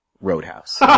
Roadhouse